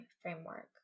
framework